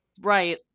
Right